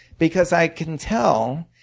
because i can tell